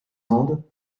andes